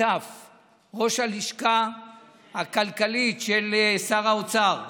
ראש הלשכה הכלכלית של שר האוצר,